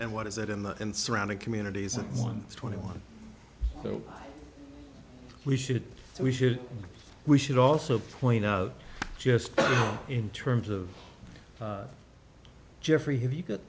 and what is it in the surrounding communities of one twenty one so we should we should we should also point out just in terms of jeffrey have you got